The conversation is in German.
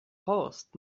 horst